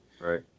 Right